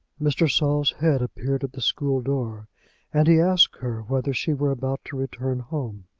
mr. saul's head appeared at the school-door, and he asked her whether she were about to return home.